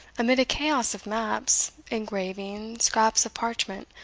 amid a chaos of maps, engraving, scraps of parchment,